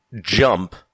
jump